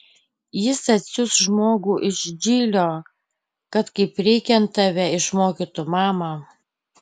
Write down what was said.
jis atsiųs žmogų iš džilio kad kaip reikiant tave išmokytų mama